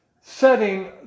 setting